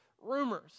rumors